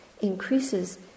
increases